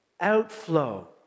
Outflow